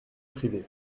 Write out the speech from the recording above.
privé